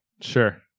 Sure